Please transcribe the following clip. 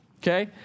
Okay